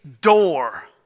door